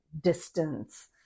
distance